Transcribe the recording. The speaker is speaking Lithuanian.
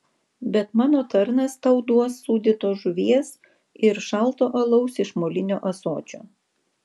bet mano tarnas tau duos sūdytos žuvies ir šalto alaus iš molinio ąsočio